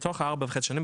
בתוך ארבע וחצי השנים,